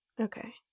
Okay